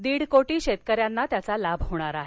दीड कोटी शेतकऱ्यांना त्याचा लाभ होणार आहे